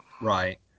Right